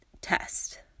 test